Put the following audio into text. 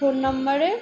phone নম্বরে